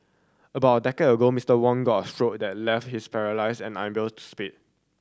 about a decade ago Mister Wong got a stroke that left him paralysed and unable to speak